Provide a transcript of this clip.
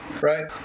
right